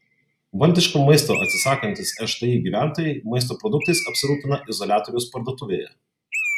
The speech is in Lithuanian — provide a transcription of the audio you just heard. valdiško maisto atsisakantys šti gyventojai maisto produktais apsirūpina izoliatoriaus parduotuvėje